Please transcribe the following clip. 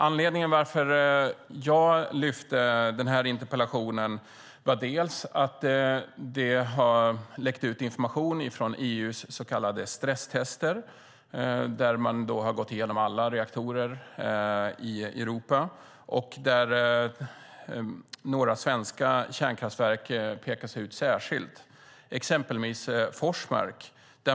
Anledningen till att jag skrev den här interpellationen är bland annat att det har läckt ut information från EU:s så kallade stresstester. Man har gått igenom alla reaktorer i Europa, och några svenska kärnkraftverk pekas ut särskilt, exempelvis Forsmark.